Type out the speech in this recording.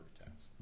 attacks